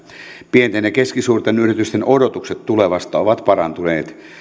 pienten ja keskisuurten yritysten odotukset tulevasta ovat parantuneet